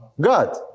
God